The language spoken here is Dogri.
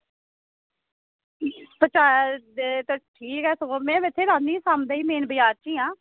पजाया जे ते ठीक ऐ सगुआं में ते इत्थें रौह्न्नी सांबै ई मेन बजार च ई आं